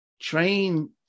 train